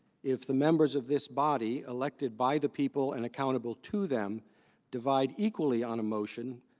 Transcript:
if the members of this body elected by the people and accountable to them divided equally on a motion,